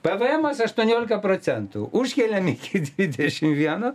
pvemas aštuoniolika procentų užkeliam iki dvidešim vieno